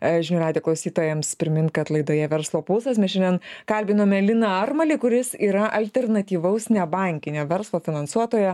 žinių radijo klausytojams priminti kad laidoje verslo pulsas mes šiandien kalbinome liną armalį kuris yra alternatyvaus nebankinio verslo finansuotojo